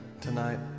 tonight